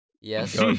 Yes